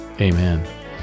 amen